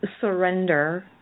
surrender